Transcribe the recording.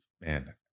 Man